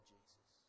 Jesus